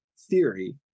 theory